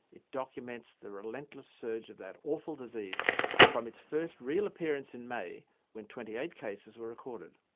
it documents the relentless surge of that awful disease from its first real appearance in may when twenty eight cases were recorded.